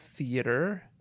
Theater